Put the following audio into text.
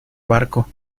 barco